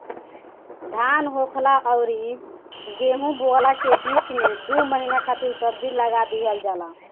धान होखला अउरी गेंहू बोअला के बीच में दू महिना खातिर सब्जी लगा दिहल जाला